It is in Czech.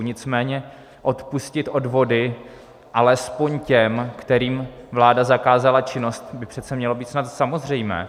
Nicméně odpustit odvody alespoň těm, kterým vláda zakázala činnost, by přece mělo být snad samozřejmé.